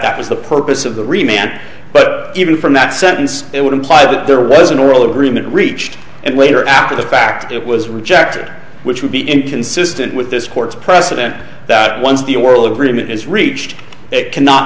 that was the purpose of the rematch but even from that sentence it would imply that there was an oral agreement reached and later after the fact it was rejected which would be inconsistent with this court's precedent that once the oral agreement is reached it cannot